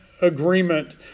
agreement